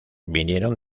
vinieron